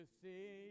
see